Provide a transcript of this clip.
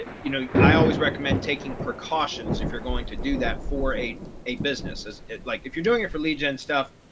you know, i always recommend taking precautions if you're going to do that for a a businesses, like if you're doing it for lead gen stuff,